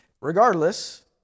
Regardless